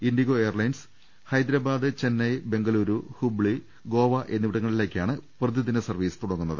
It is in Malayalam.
IndiGo airlines Hyderabad Chennai Bengaluru Hubli Goa എന്നിവിടങ്ങളിലേക്കാണ് പ്രതിദിന സർവീസ് തുട ങ്ങുന്നത്